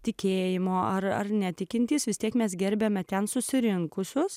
tikėjimo ar netikintys vis tiek mes gerbiame ten susirinkusius